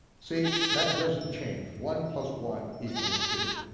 see, that doesn't change, one plus one equals two.